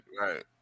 right